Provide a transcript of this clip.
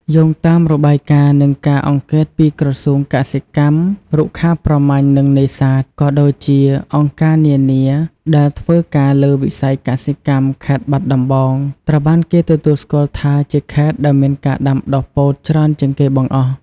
យោងតាមរបាយការណ៍ និងការអង្កេតពីក្រសួងកសិកម្ម រុក្ខាប្រមាញ់ និងនេសាទ ក៏ដូចជាអង្គការនានាដែលធ្វើការលើវិស័យកសិកម្ម ខេត្តបាត់ដំបង ត្រូវបានគេទទួលស្គាល់ថាជាខេត្តដែលមានការដាំដុះពោតច្រើនជាងគេបង្អស់។